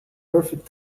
perfect